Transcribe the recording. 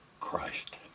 Christ